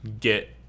get